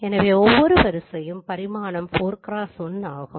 எனவே ஒவ்வொரு வரிசையும் பரிமாணம் 4 x1 ஆகும்